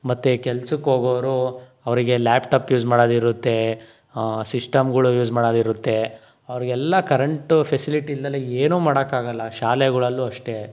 ಮತ್ತು ಕೆಲಸಕ್ಕೋಗೋರು ಅವರಿಗೆ ಲ್ಯಾಪ್ಟಾಪ್ ಯೂಸ್ ಮಾಡೋದಿರುತ್ತೆ ಸಿಶ್ಟಮ್ಗಳು ಯೂಸ್ ಮಾಡೋದಿರುತ್ತೆ ಅವರಿಗೆಲ್ಲ ಕರೆಂಟು ಫೆಸಿಲಿಟಿ ಇಲ್ದಲೇ ಏನೂ ಮಾಡೋಕ್ಕಾಗಲ್ಲ ಶಾಲೆಗಳಲ್ಲೂ ಅಷ್ಟೇ